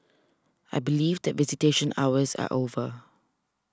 I believe the visitation hours are over